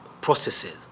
processes